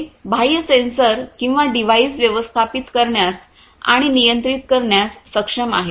ते बाह्य सेन्सर आणि डिव्हाइस व्यवस्थापित करण्यास आणि नियंत्रित करण्यास सक्षम आहेत